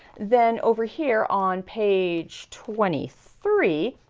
then over here, on page twenty three,